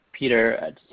Peter